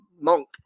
monk